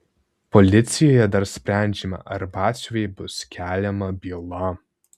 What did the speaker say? policijoje dar sprendžiama ar batsiuviui bus keliama byla